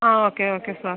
ആ okay okay sir